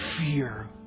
fear